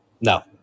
No